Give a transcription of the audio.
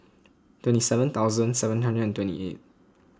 twenty seven thousand seven hundred twenty eight